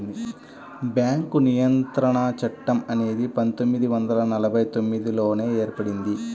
bank నియంత్రణ చట్టం అనేది పందొమ్మిది వందల నలభై తొమ్మిదిలోనే ఏర్పడింది